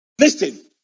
Listen